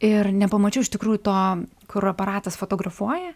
ir nepamačiau iš tikrųjų to kur aparatas fotografuoja